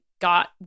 got